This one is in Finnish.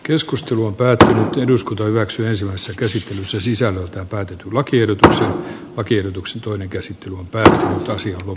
keskustelun päättää eduskunta hyväksyi ensimmäisen käsi se sisältää päätin tulla kiire tässä lakiehdotuksen toinen käsi petra asia on